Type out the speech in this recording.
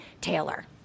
taylor